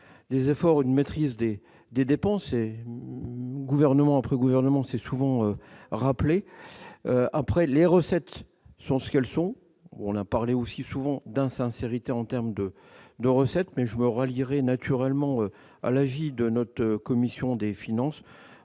des efforts de maîtrise des des dépenses et, gouvernement après gouvernement c'est souvent rappeler après les recettes sont ce qu'elles sont, on a parlé aussi souvent d'insincérité en terme de de recettes mais joueurs relire naturellement à la vie de notre commission des finances